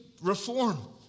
reform